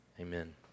amen